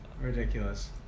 Ridiculous